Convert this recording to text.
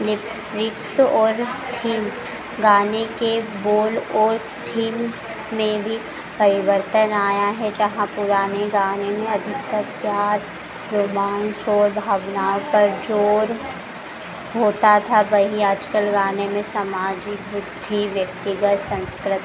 electrics और theme गाने के बोल और थीम्स में भी परिवर्तन आया है जहाँ पुराने गाने में अधिकतर प्यार रोमांस और भावनाओं पर जोर होता था वही आजकल गाने में समाजिक व्यक्ति व्यक्तिगत संस्कृति